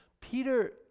Peter